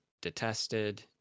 detested